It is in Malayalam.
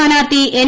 സ്ഥാനാർത്ഥി എൻ